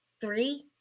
Three